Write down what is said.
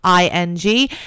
ING